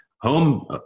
home